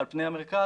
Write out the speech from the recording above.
על פני המרכז,